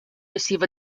receive